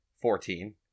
Fourteen